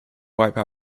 wipe